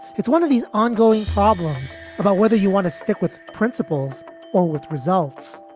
it's one of these ongoing problems about whether you want to stick with principles or with results.